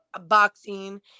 boxing